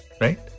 Right